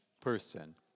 person